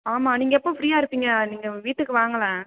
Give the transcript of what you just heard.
ஆமாம் நீங்கள் எப்போ ஃப்ரீயாக இருப்பீங்க நீங்கள் வீட்டுக்கு வாங்களேன்